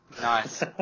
Nice